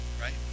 right